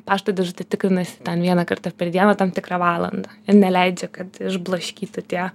pašto dėžutę tikrinasi ten vieną kartą per dieną tam tikrą valandą ir neleidžia kad išblaškytų tie